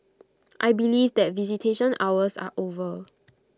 I believe that visitation hours are over